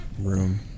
room